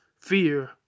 fear